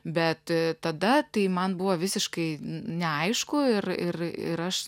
bet tada tai man buvo visiškai neaišku ir ir ir aš